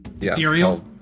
Ethereal